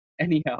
Anyhow